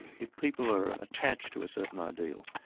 if people are attached to a certain ideal,